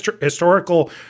historical